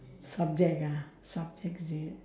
subject ah subject is it